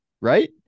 Right